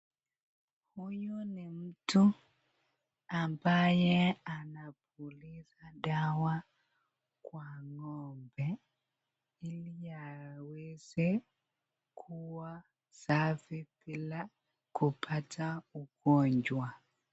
Huyu ni mtu ambaye anapuliza dawa kwa ng'ombe ili aweze kuwa safi bila kupata ugonjwa.